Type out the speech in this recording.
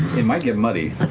it might get muddy.